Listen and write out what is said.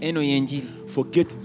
Forget